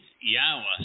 Yahweh